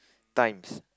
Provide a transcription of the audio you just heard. times